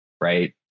right